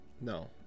No